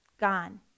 gone